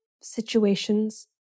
situations